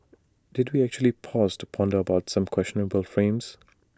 did we actually pause to ponder about some questionable frames